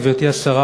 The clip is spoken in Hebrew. גברתי השרה,